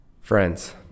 Friends